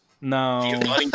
No